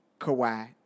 Kawhi